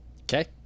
Okay